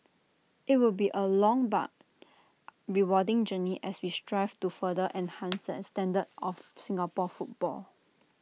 IT will be A long but rewarding journey as we strive to further enhance and standards of Singapore football